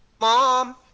mom